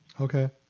Okay